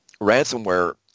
ransomware